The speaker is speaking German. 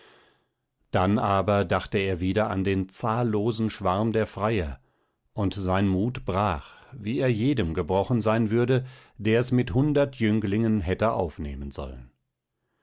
dann aber dachte er wieder an den zahllosen schwarm der freier und sein mut brach wie er jedem gebrochen sein würde der es mit hundert jünglingen hätte aufnehmen sollen